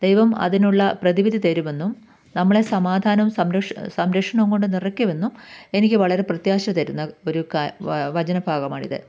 ദൈവം അതിനുള്ള പ്രതിവിധി തരുമെന്നും നമ്മളെ സമാധാനവും സംരക്ഷ സംരക്ഷണവും കൊണ്ട് നിറയ്ക്കുവെന്നും എനിക്ക് വളരെ പ്രത്യാശ തരുന്ന ഒരു ക വാ വചന ഭാഗമാണിത്